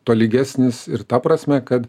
tolygesnis ir ta prasme kad